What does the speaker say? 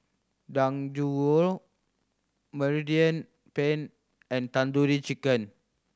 Dangojiru Mediterranean Penne and Tandoori Chicken